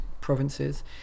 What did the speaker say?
provinces